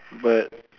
but